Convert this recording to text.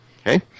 Okay